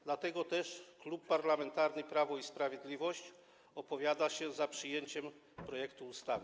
Dlatego też Klub Parlamentarny Prawo i Sprawiedliwość opowiada się za przyjęciem projektu ustawy.